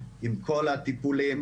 עם כל הטיפולים,